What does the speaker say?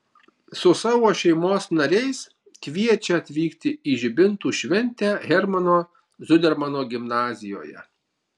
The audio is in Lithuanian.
su savo šeimos nariais kviečia atvykti į žibintų šventę hermano zudermano gimnazijoje